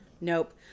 Nope